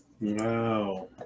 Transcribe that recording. Wow